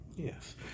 Yes